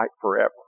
forever